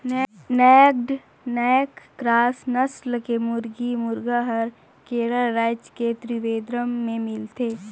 naked neck cross नसल के मुरगी, मुरगा हर केरल रायज के त्रिवेंद्रम में मिलथे